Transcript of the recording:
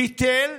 אבל לא ביטל.